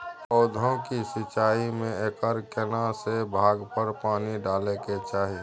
पौधों की सिंचाई में एकर केना से भाग पर पानी डालय के चाही?